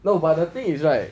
no but the thing is right